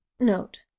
Note